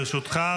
לרשותך.